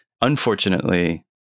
Unfortunately